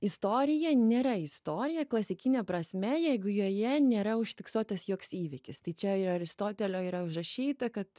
istorija nėra istorija klasikine prasme jeigu joje nėra užfiksuotas joks įvykis tai čia ir aristotelio yra užrašyta kad